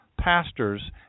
pastors